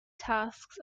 tasks